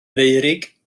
feurig